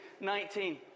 19